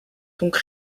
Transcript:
donc